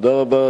תודה רבה.